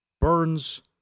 Burns